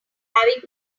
having